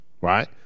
right